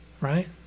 right